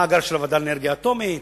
מאגר הוועדה לאנרגיה אטומית.